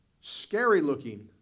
scary-looking